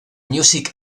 music